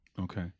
Okay